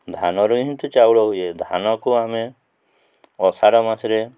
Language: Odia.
ଧାନ ରୁ ହିଁ ତ ଚାଉଳ ହୁଏ ଧାନକୁ ଆମେ ଆଶାଢ଼ ମାସରେ